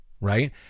right